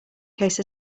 case